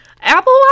Apple